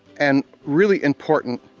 and really important,